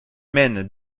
mène